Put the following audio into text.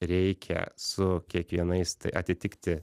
reikia su kiekvienais tai atitikti